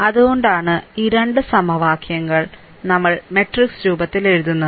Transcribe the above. അതുകൊണ്ടാണ് ഈ 2 സമവാക്യങ്ങൾ നിങ്ങൾക്ക് മാട്രിക്സ് രൂപത്തിൽ എഴുതാം